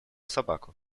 собаку